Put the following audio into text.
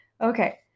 Okay